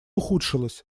ухудшилась